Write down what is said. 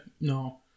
No